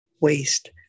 waste